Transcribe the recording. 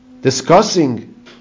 discussing